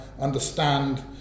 understand